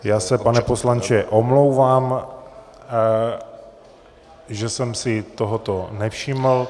Já se, pane poslanče, omlouvám, že jsem si tohoto nevšiml.